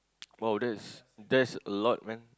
!wow! that is that is a lot meh